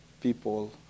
people